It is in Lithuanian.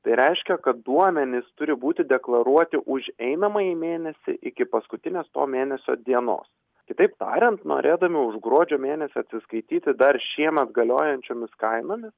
tai reiškia kad duomenys turi būti deklaruoti už einamąjį mėnesį iki paskutinės to mėnesio dienos kitaip tariant norėdami už gruodžio mėnesį atsiskaityti dar šiemet galiojančiomis kainomis